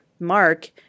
mark